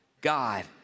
God